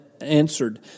answered